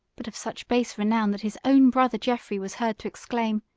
but of such base renown, that his own brother jeffrey was heard to exclaim,